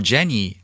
Jenny